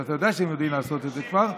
ואתה יודע שהם יודעים לעשות את זה כבר,